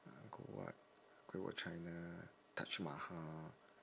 angkor wat great wall of china taj mahal